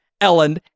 Ellen